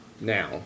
now